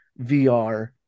vr